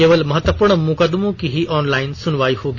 केवल मत्वपूर्ण मुकदमों की ही ऑनलाइन सुनवाई होगी